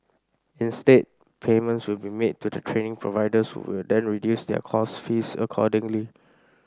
instead payments will be made to the training providers who will then reduce their course fees accordingly